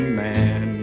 man